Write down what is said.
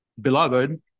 beloved